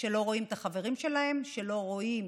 שלא רואים את החברים שלהם, שלא רואים